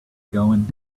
going